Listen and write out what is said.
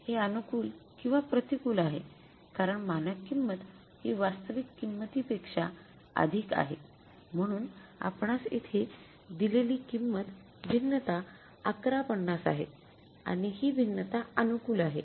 हे अनुकूल किंवा प्रतिकूल आहे कारण मानक किंमत हि वास्तविक किंमती पेक्षा अधिक आहे म्हणून आपणास येथे दिलेली किंमत भिन्नता ११५० आहे आणि हि भिन्नता अनुकूल आहे